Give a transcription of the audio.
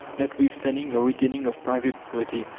notwithstanding the retaining of private property,